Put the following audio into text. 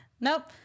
Nope